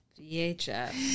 VHS